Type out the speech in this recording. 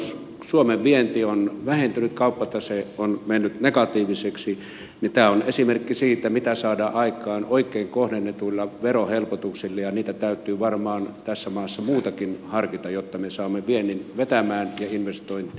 kun suomen vienti on vähentynyt kauppatase on mennyt negatiiviseksi niin tämä on esimerkki siitä mitä saadaan aikaan oikein kohdennetuilla verohelpotuksilla ja niitä täytyy varmaan tässä maassa muitakin harkita jotta me saamme viennin vetämään investoi